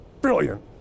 brilliant